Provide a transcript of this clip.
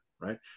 right